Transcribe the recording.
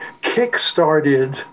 kick-started